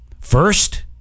First